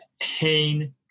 Hain